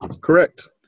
Correct